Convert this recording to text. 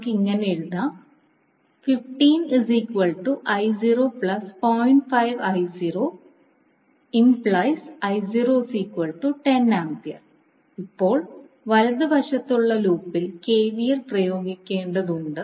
നമുക്ക് ഇങ്ങനെ എഴുതാം ഇപ്പോൾ വലതുവശത്തുള്ള ലൂപ്പിൽ കെവിഎൽ പ്രയോഗിക്കേണ്ടതുണ്ട്